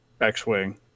X-Wing